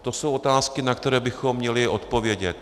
To jsou otázky, na které bychom měli odpovědět.